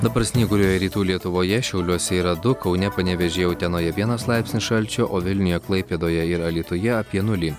dabar snyguriuoja rytų lietuvoje šiauliuose yra du kaune panevėžyje utenoje vienas laipsnis šalčio o vilniuje klaipėdoje ir alytuje apie nulį